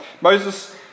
Moses